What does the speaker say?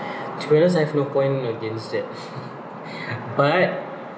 trailers I have no point against that but